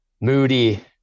moody